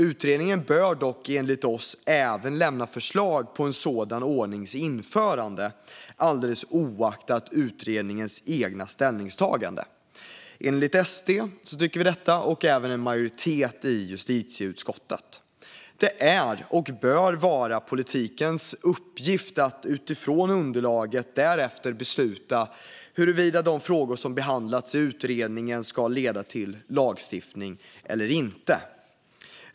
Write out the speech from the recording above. Utredningen bör dock, enligt oss, även lämna förslag på en sådan ordnings införande alldeles oavsett utredningens egna ställningstagande. SD tycker så och även en majoritet i justitieutskottet. Det är, och bör vara, politikens uppgift att utifrån underlaget därefter besluta huruvida de frågor som behandlats i utredningen ska leda till lagstiftning eller inte.